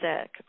sick